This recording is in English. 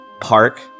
park